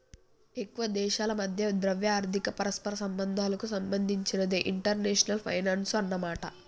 ఎక్కువ దేశాల మధ్య ద్రవ్య ఆర్థిక పరస్పర సంబంధాలకు సంబంధించినదే ఇంటర్నేషనల్ ఫైనాన్సు అన్నమాట